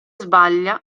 sbaglia